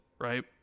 right